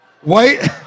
White